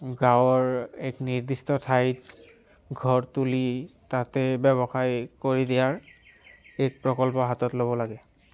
গাঁৱৰ এক নিৰ্দিষ্ট ঠাইত ঘৰ তুলি তাতে ব্যৱসায় কৰি দিয়াৰ এক প্ৰকল্প হাতত ল'ব লাগে